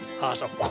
Awesome